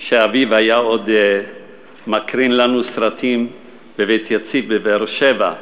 שאביו היה מקרין לנו סרטים ב"בית יציב" בבאר-שבע.